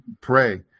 pray